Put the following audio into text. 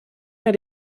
mehr